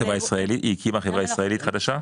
היא הקימה חברה ישראלית חדשה?